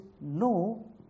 no